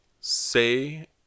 say